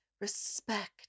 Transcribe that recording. respect